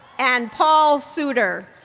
and paul suitter.